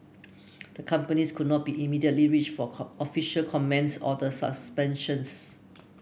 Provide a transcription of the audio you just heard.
the companies could not be immediately reached for official comment on the suspensions